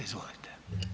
Izvolite.